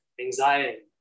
anxiety